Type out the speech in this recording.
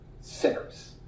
sinners